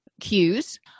cues